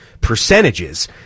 percentages